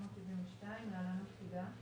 התשל"ב-1972 (להלן הפקודה),